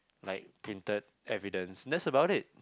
like printed evidence that's about it